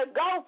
go